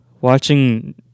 watching